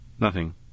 Nothing